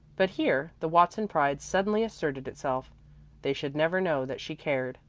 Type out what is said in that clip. but here the watson pride suddenly asserted itself they should never know that she cared,